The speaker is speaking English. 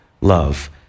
love